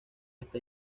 está